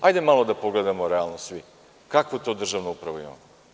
Hajde malo da pogledamo realno svi kakvu to državnu upravu imamo.